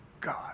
God